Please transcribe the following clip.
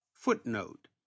Footnote